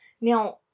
Now